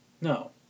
No